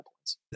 points